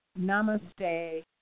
namaste